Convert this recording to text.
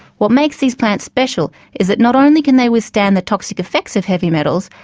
what makes these plants special is that not only can they withstand the toxic effects of heavy metals,